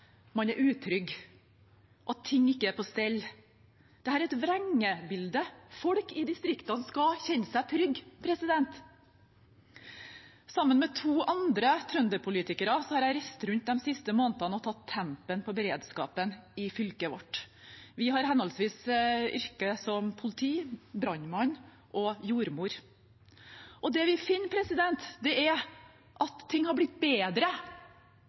man er utrygg, at ting ikke er på stell. Det er et vrengebilde. Folk i distriktene skal kjenne seg trygge. Sammen med to andre trønderpolitikere har jeg reist rundt de siste månedene og tatt tempen på beredskapen i fylket vårt. Vi har yrker som henholdsvis politi, brannmann og jordmor. Det vi finner, er at ting har blitt bedre.